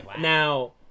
Now